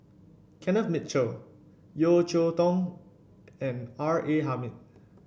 Kenneth Mitchell Yeo Cheow Tong and R A Hamid